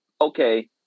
okay